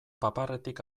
paparretik